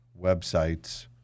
websites